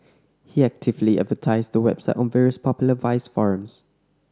he actively advertised the website on various popular vice forums